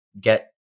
get